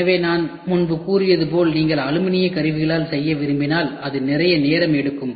எனவே நான் முன்பு கூறியது போல் நீங்கள் அலுமினிய கருவிகளால் செய்ய விரும்பினால் அது நிறைய நேரம் எடுக்கும்